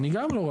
אני גם לא רואה.